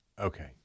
Okay